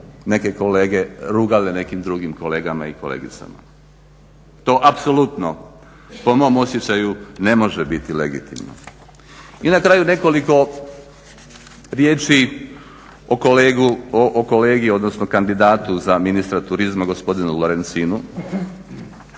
neke kolege rugali nekim drugim kolegama i kolegicama. To apsolutno po mom osjećaju ne može biti legitimno. I na kraju nekoliko riječi o kolegi, odnosno o kandidatu za ministra turizma gospodinu Lorencinu.